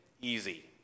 easy